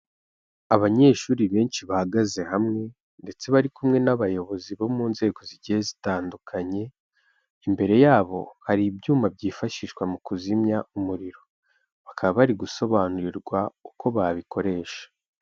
Abanyeshuri benshi bahagaze hamwe, ndetse bari kumwe n'abayobozi bo mu nzego zigiye zitandukanye, imbere yabo hari ibyuma byifashishwa mu kuzimya umuriro, bakaba bari gusobanurirwa uko babikoresha.